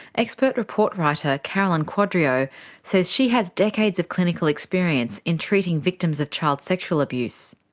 expert report writer carolyn quadrio says she has decades of clinical experience in treating victims of child sexual abuse.